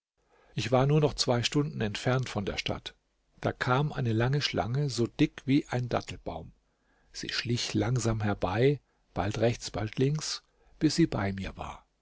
ich war nur noch zwei stunden entfernt von der stadt da kam eine lange schlange so dick wie ein dattelbaum sie schlich langsam herbei bald rechts bald links bis sie bei mir war